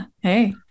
Hey